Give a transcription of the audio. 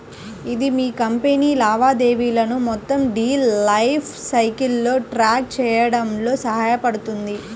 ఇది మీ కంపెనీ లావాదేవీలను మొత్తం డీల్ లైఫ్ సైకిల్లో ట్రాక్ చేయడంలో సహాయపడుతుంది